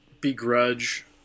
begrudge